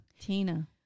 Tina